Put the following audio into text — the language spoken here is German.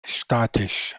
statisch